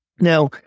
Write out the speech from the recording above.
Now